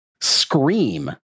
scream